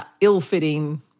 ill-fitting